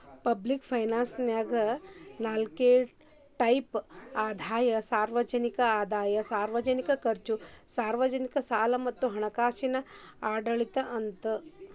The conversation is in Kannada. ಪಬ್ಲಿಕ್ ಫೈನಾನ್ಸನ್ಯಾಗ ನಾಲ್ಕ್ ಟೈಪ್ ಅದಾವ ಸಾರ್ವಜನಿಕ ಆದಾಯ ಸಾರ್ವಜನಿಕ ಖರ್ಚು ಸಾರ್ವಜನಿಕ ಸಾಲ ಮತ್ತ ಹಣಕಾಸಿನ ಆಡಳಿತ ಅಂತ